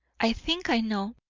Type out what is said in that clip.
i think i know,